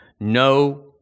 no